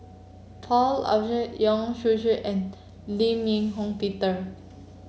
Paul Abishe Yong Shu Shoong and Lim Eng Hock Peter